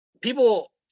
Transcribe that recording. people